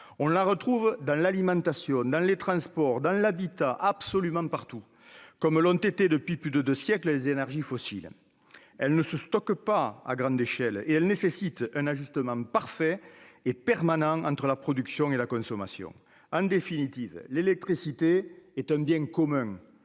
On la retrouve de l'alimentation aux transports, en passant par l'habitat. Elle est absolument partout, comme le sont depuis plus de deux siècles les énergies fossiles. Ne se stockant pas à grande échelle, elle nécessite un ajustement parfait et permanent entre la production et la consommation. En définitive, l'électricité est un bien commun,